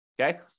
okay